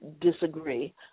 disagree